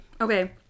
Okay